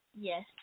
Yes